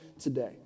today